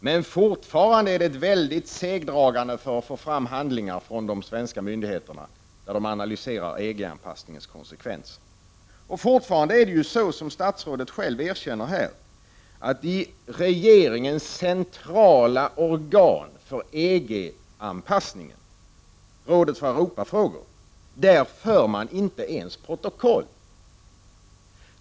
Men fortfarande är det ett väldigt segdragande för att få fram handlingar från de svenska myndigheterna, där de analyserar EG-anpassningens konsekvenser. Fortfarande är det så, som också statsrådet själv erkänner, att i regeringens centrala organ för EG-anpassningen, Rådet för Europafrågor, för man inte ens protokoll.